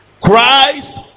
christ